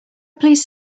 please